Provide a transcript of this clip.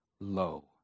low